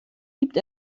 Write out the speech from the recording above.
gibt